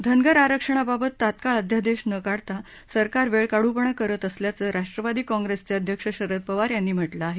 धनगर आरक्षणाबाबत तत्काळ अध्यादेश न काढता सरकार वेळकाढूपणा करत असल्याचं राष्ट्रवादी काँप्रेसचे अध्यक्ष शरद पवार यांनी म्हटलं आहे